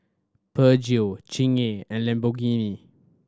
Peugeot Chingay and Lamborghini